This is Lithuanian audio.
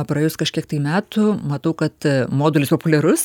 praėjus kažkiek tai metų matau kad modulis populiarus